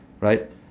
right